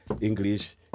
english